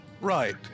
Right